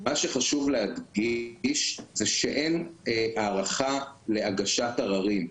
מה שחשוב להדגיש, זה שאין הארכה להגשת עררים.